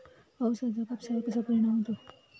पावसाचा कापसावर कसा परिणाम होतो?